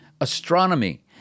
astronomy